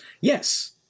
yes